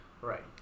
Right